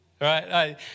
Right